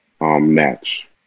match